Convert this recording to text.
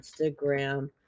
Instagram